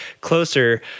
closer